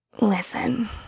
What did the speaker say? Listen